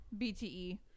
BTE